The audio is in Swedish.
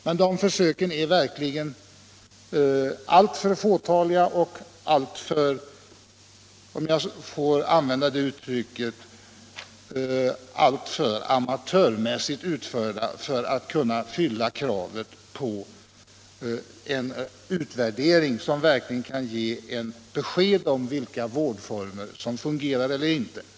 Men de försöken är verkligen alltför få och, om jag får använda det uttrycket, alltför amatörmässigt utförda för att verkligen kunna ge besked om vilka vårdformer som fungerar och vilka som inte gör det.